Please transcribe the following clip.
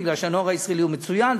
כי הנוער הישראלי הוא מצוין,